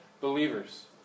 believers